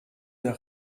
der